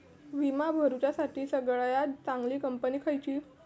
विमा भरुच्यासाठी सगळयात चागंली कंपनी खयची?